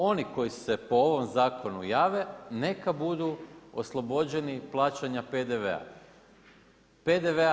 Oni koji se po ovom zakonu jave, neka budu oslobođeni plaćanja PDV-a.